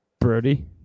Brody